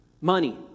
money